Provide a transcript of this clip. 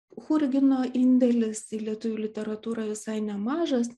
churgino indėlis į lietuvių literatūrą visai nemažas